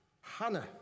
Hannah